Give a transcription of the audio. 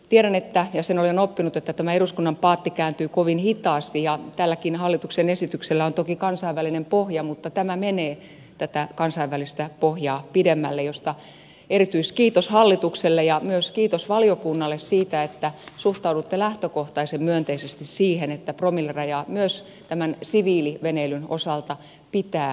tiedän ja sen olen oppinut että tämä eduskunnan paatti kääntyy kovin hitaasti ja tälläkin hallituksen esityksellä on toki kansainvälinen pohja mutta tämä menee tätä kansainvälistä pohjaa pidemmälle mistä erityiskiitos hallitukselle ja myös kiitos valiokunnalle siitä että suhtaudutte lähtökohtaisen myönteisesti siihen että promillerajaa myös tämän siviiliveneilyn osalta pitää alentaa